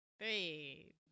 Three